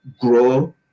grow